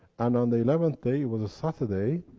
and on the eleventh day. it was a saturday,